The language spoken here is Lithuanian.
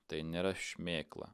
tai nėra šmėkla